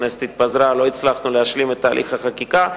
הכנסת התפזרה ולא הצלחנו להשלים את תהליך החקיקה.